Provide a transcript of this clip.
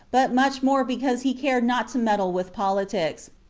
but much more because he cared not to meddle with politics,